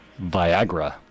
Viagra